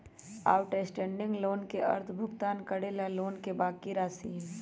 outstanding loan के अर्थ भुगतान करे ला लोन के बाकि राशि हई